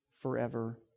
forever